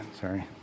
sorry